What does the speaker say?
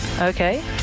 Okay